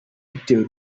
bitewe